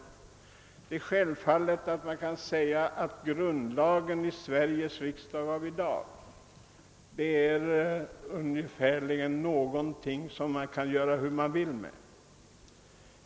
Man kan självfallet säga att grundlagen är någonting som man i dag kan göra ungefär hur man vill med i Sveriges riksdag.